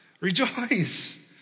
Rejoice